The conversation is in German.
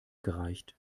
gereicht